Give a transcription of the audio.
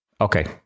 Okay